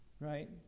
right